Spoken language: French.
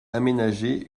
aménager